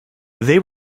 they